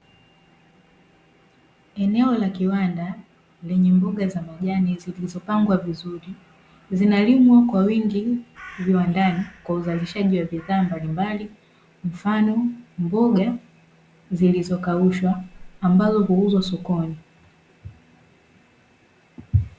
Eneo la kiwanda lenye mboga za majani, zilizopangwa vizuri, zinalimwa kwa wingi viwandani kwa uzalishaji wa bidhaa mbalimbali, mfano mboga zilizokaushwa ambazo huuzwa sokoni.